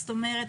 זאת אומרת,